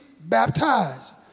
baptized